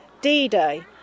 D-Day